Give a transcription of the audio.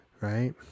right